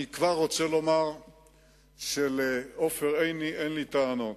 אני כבר רוצה לומר שלעופר עיני אין לי טענות,